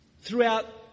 Throughout